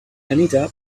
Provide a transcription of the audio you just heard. anita